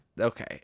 Okay